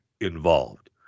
involved